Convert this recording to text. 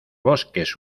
bosques